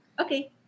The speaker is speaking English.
Okay